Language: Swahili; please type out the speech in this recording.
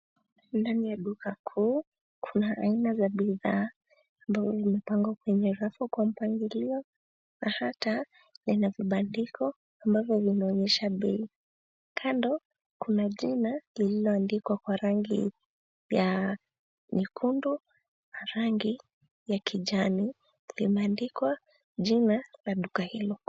Ndani ya duka kuu kuna aina za bidhaa ambao vimepangwa kwenye rafu kwa mpangilio. Nashata lina vibandiko ambavyo vinaonyesha bei. Kando kuna jina lililoandikwa kwa rangi ya nyekundu na rangi ya kijani. Limeandikwa jina la duka hilo.